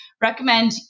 recommend